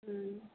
ம்